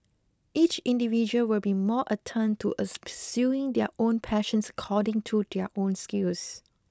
each individual will be more attuned to as pursuing their own passions according to their own skills